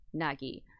Nagi